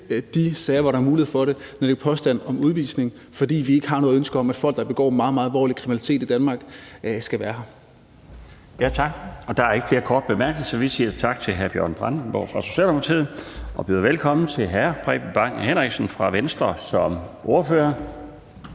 de sager, hvor der er mulighed for det, at nedlægge påstand om udvisning, fordi vi ikke har noget ønske om, at folk, der begår meget, meget alvorlig kriminalitet i Danmark, skal være her. Kl. 15:59 Den fg. formand (Bjarne Laustsen): Tak. Der er ikke flere korte bemærkninger, så vi siger tak til hr. Bjørn Brandenborg fra Socialdemokratiet og byder velkommen til hr. Preben Bang Henriksen fra Venstre som ordfører.